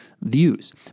views